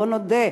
בואו נודה,